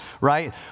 right